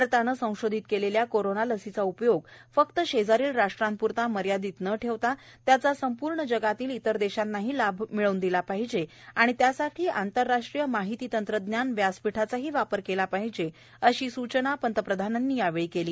भारताने संशोधित केलेल्या कोरोना लसीचा उपयोग फक्त शेजारील राष्ट्राप्रता मर्यादित न ठेवता त्याचा संपूर्ण जगातील इतर देशानांही लाभ मिळवून दिला पाहिजे आणि त्यासाठी आंतरराष्ट्रीय माहिती तंत्रज्ञान व्यासपीठाचा ही वापर केला पाहिजे अशी स्चना प्रधानमंत्र्यांनी यावेळी केली